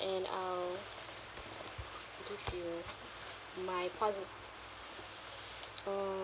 and I'll give you my posi~ uh